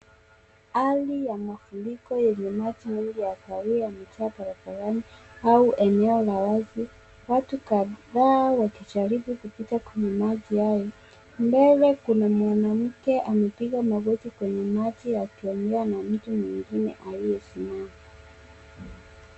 Hali ya mafuriko yenye maji mengi ya kahawia yamejaa barabarani au eneo la wazi. Watu kadhaa wakijaribu kupita kwenye maji hayo. Mbele kuna mwanamke amepiga magoti kwenye maji akiongea na mtu mwingine aliyesimama.